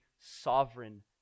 sovereign